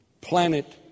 planet